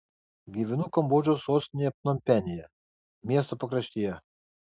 gyvenu kambodžos sostinėje pnompenyje miesto pakraštyje